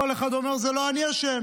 כל אחד אומר: זה לא אני אשם,